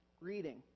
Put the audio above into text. reading